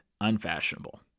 unfashionable